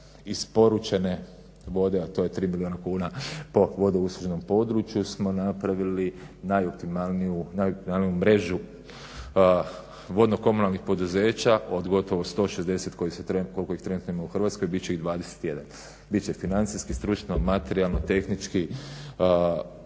isporučene vode a to je 3 milijuna kuna po vodousluženom području smo napravili najoptimalniju mrežu vodno komunalnih poduzeća od gotovo 160 koliko ih trenutno ima u Hrvatskoj, bit će ih 21., bit će financijski, stručno, materijalno, tehnički